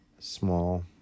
small